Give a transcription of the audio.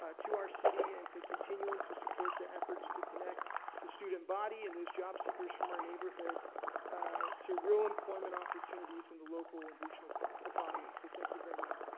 ah to our city and to continuing to support the efforts to connect the student body and those job seekers from our neighborhood to real employment opportunities in the local and regional economy, so thank you very much.